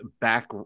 back